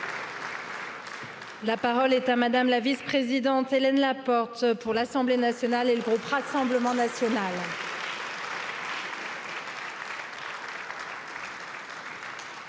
la parole est à madame la vice présidente hélène pour l'assemblée nationale et le groupe rassemblement national